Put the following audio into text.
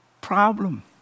problem